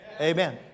Amen